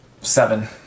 Seven